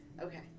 Okay